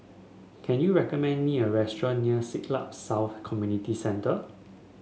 can you recommend me a restaurant near Siglap South Community Centre